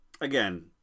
Again